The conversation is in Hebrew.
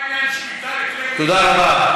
נאמר: מה עניין שמיטה לכלי תקשורת, תודה רבה.